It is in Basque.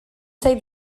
zait